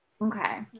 Okay